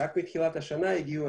רק בתחילת השנה הגיעו,